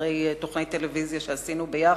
אחרי שידורה של תוכנית טלוויזיה שעשינו ביחד,